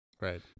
Right